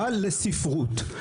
אבל לספרות.